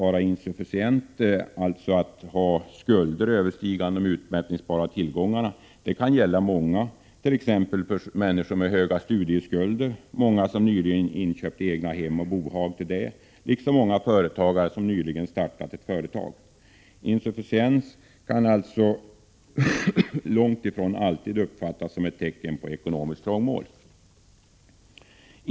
Många människor med stora studieskulder, många som nyligen köpt egna hem och bohag till detta liksom många företagare som nyligen startat ett företag kan vara insufficienta, dvs.ha skulder överstigande de utmätningsbara tillgångarna. Insufficiens kan långt ifrån alltid uppfattas som tecken på ekonomiskt trångmål.